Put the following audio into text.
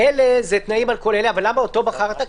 אלה, תנאים על כל אלה, אבל למה אותו בחרת?